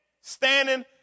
Standing